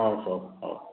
ହଉ ହଉ ହଉ